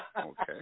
Okay